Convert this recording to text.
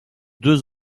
deux